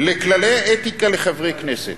לכללי האתיקה לחברי הכנסת.